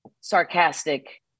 sarcastic